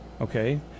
okay